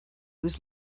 was